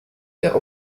der